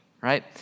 right